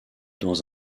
dans